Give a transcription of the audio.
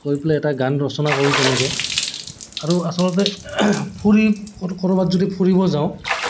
কৰি পেলাই এটা গান ৰচনা কৰোঁ তেনেকে আৰু আচলতে ফুৰি ক'ৰোবাত যদি ফুৰিব যাওঁ